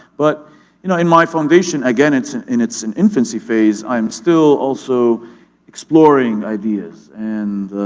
but you know in my foundation, again it's and in its and infancy phase, i'm still also exploring ideas and